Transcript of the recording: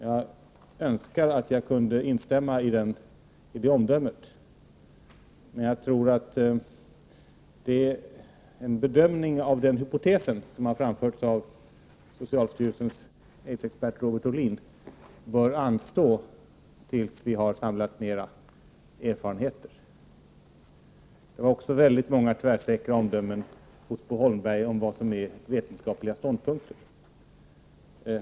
Jag önskar att jag kunde instämma i det omdömet, men jag tror att en bedömning av den hypotesen, som har framförts av socialstyrelsens aidsexpert Robert Olin, bör anstå tills vi har samlat mera erfarenheter. Det var många tvärsäkra omdömen från Bo Holmberg om vad som är vetenskapliga ståndpunkter.